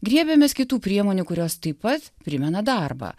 griebiamės kitų priemonių kurios taip pat primena darbą